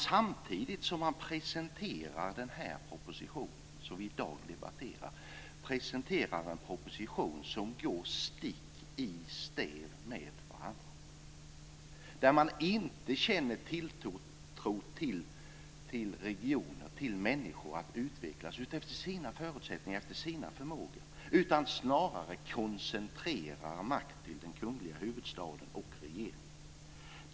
Samtidigt som man presenterar den här propositionen, som vi i dag debatterar, presenterar man en proposition som går stick i stäv med denna och där man inte känner tilltro till regioner, människor att utvecklas efter sina förutsättningar, efter sina förmågor, utan snarare koncentrerar makten i den kungliga huvudstaden och regeringen.